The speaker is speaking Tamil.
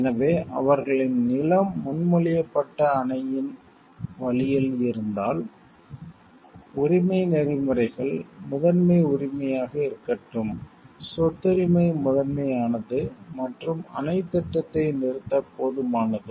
எனவே அவர்களின் நிலம் முன்மொழியப்பட்ட அணையின் வழியில் இருந்தால் உரிமை நெறிமுறைகள் முதன்மை உரிமையாக இருக்கட்டும் சொத்துரிமை முதன்மையானது மற்றும் அணைத் திட்டத்தை நிறுத்த போதுமானது